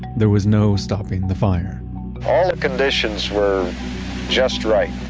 there was no stopping the fire all the conditions were just right